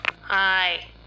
Hi